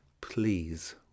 please